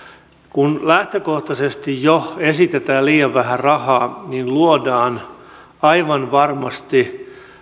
kun lähtökohtaisesti jo esitetään liian vähän rahaa niin luodaan aivan varmasti